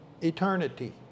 eternity